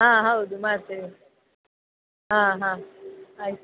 ಹಾಂ ಹೌದು ಮಾಡ್ತೇವೆ ಹಾಂ ಹಾಂ ಆಯಿತು